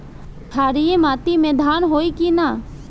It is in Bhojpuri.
क्षारिय माटी में धान होई की न?